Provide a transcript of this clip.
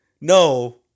No